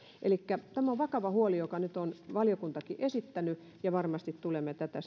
elikkä tämä on vakava huoli jonka nyt on valiokuntakin esittänyt ja varmasti tulemme tätä